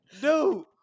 dude